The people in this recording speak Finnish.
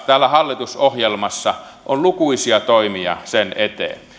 täällä hallitusohjelmassa on lukuisia toimia sen eteen